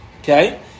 okay